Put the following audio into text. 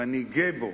ואני גאה בו,